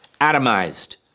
atomized